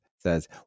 says